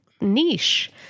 niche